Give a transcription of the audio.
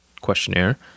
questionnaire